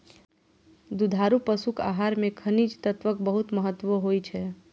दुधारू पशुक आहार मे खनिज तत्वक बहुत महत्व होइ छै